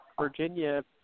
Virginia